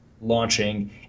launching